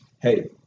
Hey